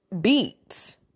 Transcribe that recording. beats